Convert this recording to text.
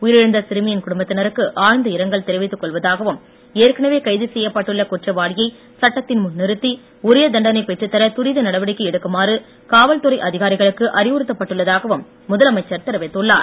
உயிரிழந்த தெரிவித்துக் சிறுமியின் குடும்பத்தினருக்கு ஆழ்ந்த இரங்கள் கொள்வதாகவும் ஏற்கனவே கைது செய்யப்பட்டுள்ள குற்றவாளியை சட்டத்தின் முன் நிறுத்தி உரிய தண்டனை பெற்றுத்தர துரித நடவடிக்கை எடுக்குமாறு காவல்துறை அதிகாரிகளுக்கு அறிவுறுத்தப்பட்டுள்ளதாகவும் முதலமைச்சர் தெரிவித்துள்ளார்